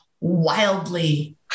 wildly